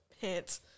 pants